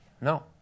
No